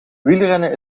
wielrennen